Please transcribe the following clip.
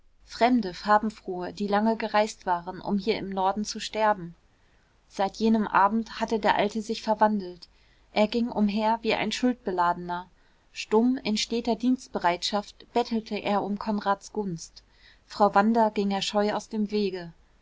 fremde farbenfrohe die lange gereist waren um hier im norden zu sterben seit jenem abend hatte der alte sich verwandelt er ging umher wie ein schuldbeladener stumm in steter dienstbereitschaft bettelte er um konrads gunst frau wanda ging er scheu aus dem wege